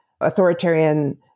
authoritarian